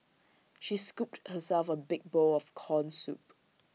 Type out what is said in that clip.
she scooped herself A big bowl of Corn Soup